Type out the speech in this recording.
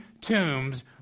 tombs